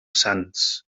sants